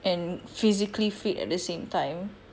and physically fit at the same time